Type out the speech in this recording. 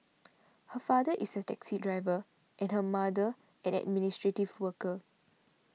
her father is a taxi driver and her mother administrative worker